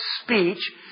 speech